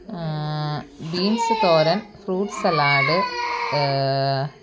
beans thoran fruit salad